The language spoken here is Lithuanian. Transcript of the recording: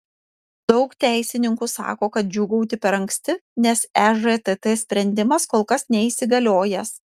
daug teisininkų sako kad džiūgauti per anksti nes ežtt sprendimas kol kas neįsigaliojęs